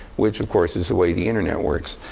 which, of course, is the way the internet works.